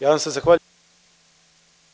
Ja vam se zahvaljujem.